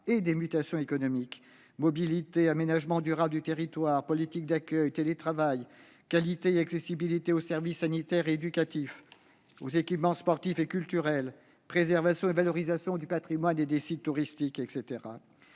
et des mutations économiques- mobilité, aménagement durable du territoire, politique d'accueil, télétravail, qualité et accès aux services sanitaires et éducatifs, ainsi qu'aux équipements sportifs et culturels ou encore préservation et valorisation du patrimoine et des sites touristiques.